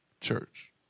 church